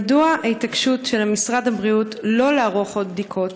מדוע ההתעקשות של משרד הבריאות שלא לערוך עוד בדיקות?